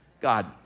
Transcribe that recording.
God